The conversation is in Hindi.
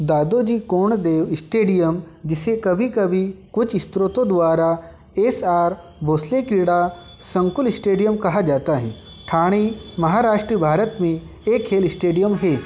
दादोजी कोंडदेव स्टेडियम जिसे कभी कभी कुछ स्रोतों द्वारा एस आर भोसले क्रीड़ा संकुल स्टेडियम कहा जाता है ठाणे महाराष्ट्र भारत में एक खेल स्टेडियम है